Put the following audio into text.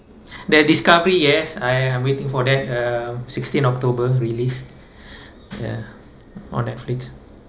the discovery yes I I'm waiting for that uh sixteen october release ya on Netflix